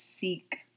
seek